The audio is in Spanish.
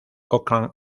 oakland